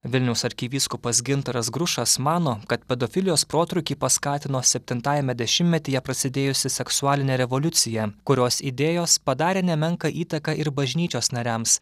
vilniaus arkivyskupas gintaras grušas mano kad pedofilijos protrūkį paskatino septintajame dešimtmetyje prasidėjusi seksualinė revoliucija kurios idėjos padarė nemenką įtaką ir bažnyčios nariams